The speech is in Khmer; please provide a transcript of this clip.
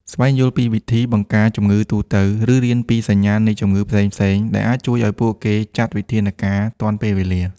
ស្វែងយល់ពីវិធីបង្ការជំងឺ ទូទៅ ឬរៀនពីសញ្ញាណនៃជំងឺផ្សេងៗ ដែលអាចជួយឲ្យពួកគេចាត់វិធានការទាន់ពេលវេលា។